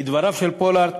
לדבריו של פולארד,